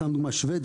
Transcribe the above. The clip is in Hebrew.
סתם לדוגמה שבדיה,